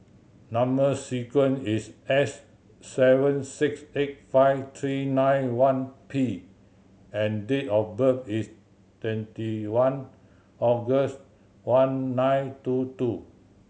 number sequence is S seven six eight five three nine one P and date of birth is twenty one August one nine two two